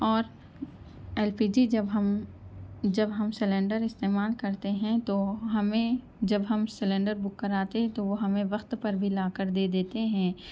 اور L P G جب ہم جب ہم سلینڈر استعمال کرتے ہیں تو ہمیں جب ہم سلینڈر بک کراتے تو وہ ہمیں وقت پر بھی لا کر دے دیتے ہیں